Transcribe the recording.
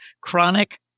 Chronic